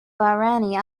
bahraini